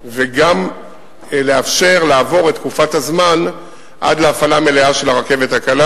וגם לאפשר לעבור את תקופת הזמן עד להפעלה מלאה של הרכבת הקלה,